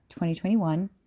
2021